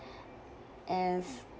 as